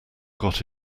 got